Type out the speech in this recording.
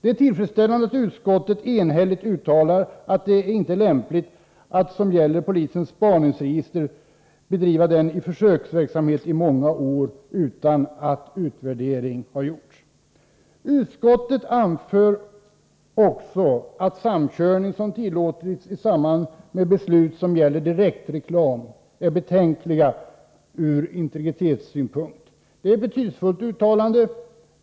Det är tillfredsställande att utskottet enhälligt uttalar att det inte är lämpligt att, som gäller i fallet med polisens spaningsregister, bedriva försöksverksamhet i många år utan att utvärdering har gjorts. Utskottet anför också att samkörning som tillåtits i samband med beslut som gäller direktreklam är betänklig ur integritetssynpunkt. Detta är ett betydelsefullt uttalande.